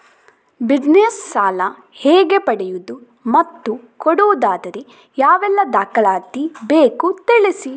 Business ಸಾಲ ಹೇಗೆ ಪಡೆಯುವುದು ಮತ್ತು ಕೊಡುವುದಾದರೆ ಯಾವೆಲ್ಲ ದಾಖಲಾತಿ ಬೇಕು ತಿಳಿಸಿ?